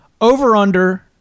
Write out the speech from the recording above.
Over-under